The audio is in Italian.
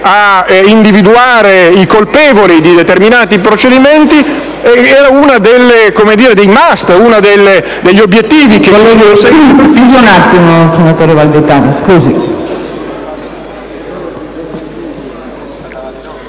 a individuare i colpevoli di determinati procedimenti era uno dei *must*, uno degli obiettivi...